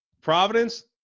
Providence